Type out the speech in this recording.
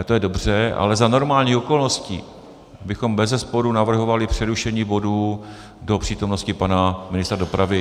To je dobře, ale za normálních okolností bychom bezesporu navrhovali přerušení bodu do přítomnosti pana ministra dopravy.